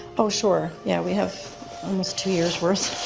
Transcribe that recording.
oh sure, yeah, we have almost two years worth.